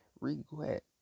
regret